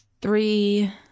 three